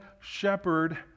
shepherd